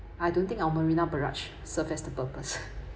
I don't think our marina barrage serve as the purpose